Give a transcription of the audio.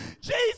Jesus